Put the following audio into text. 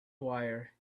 wire